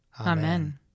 Amen